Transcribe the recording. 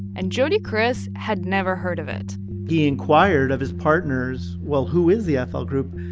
and jody kriss had never heard of it he inquired of his partners, well, who is the ah fl group?